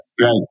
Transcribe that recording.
right